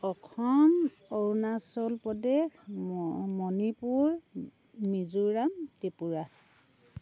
অসম অৰুণাচল প্ৰদেশ ম মণিপুৰ মিজোৰাম ত্ৰিপুৰা